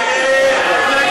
הצעת סיעת המחנה